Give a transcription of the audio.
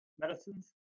medicines